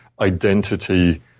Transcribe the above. identity